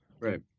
Right